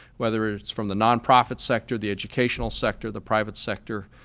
whether it's from the nonprofit sector, the educational sector, the private sector,